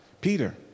Peter